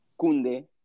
Kunde